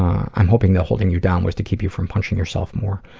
i'm hoping that holding you down was to keep you from punching yourself more.